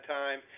time